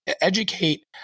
educate